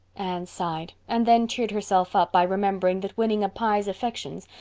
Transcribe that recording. anne sighed and then cheered herself up by remembering that winning a pye's affections,